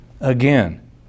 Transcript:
Again